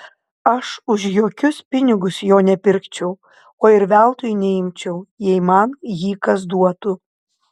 aš už jokius pinigus jo nepirkčiau o ir veltui neimčiau jei man jį kas duotų